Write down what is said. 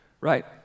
right